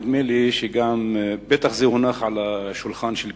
נדמה לי שזה בטח הונח על השולחן של כבודו,